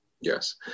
Yes